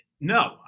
No